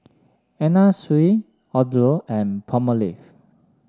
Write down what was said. Anna Sui Odlo and Palmolive